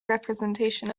representation